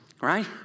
right